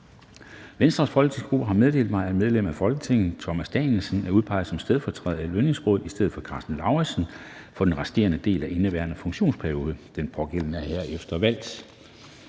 Venstres folketingsgruppe har meddelt mig, at medlem af Folketinget Thomas Danielsen er udpeget som stedfortræder i Lønningsrådet i stedet for Karsten Lauritzen for den resterende del af indeværende funktionsperiode. Den pågældende er herefter valgt.